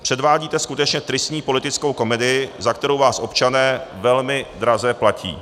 Předvádíte skutečně tristní politickou komedii, za kterou vás občané velmi draze platí.